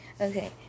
Okay